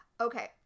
Okay